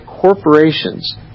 corporations